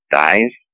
dies